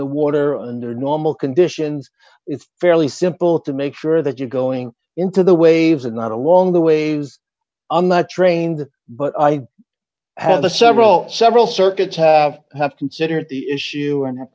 the water under normal conditions it's fairly simple to make sure that you're going into the waves and not along the waves are not trained but i have several several circuits have have to sidor the issue and